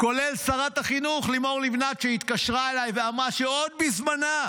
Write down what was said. כולל שרת החינוך לימור לבנת שהתקשרה אליי ואמרה שעוד בזמנה